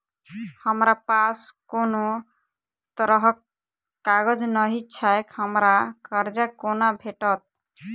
हमरा पास कोनो तरहक कागज नहि छैक हमरा कर्जा कोना भेटत?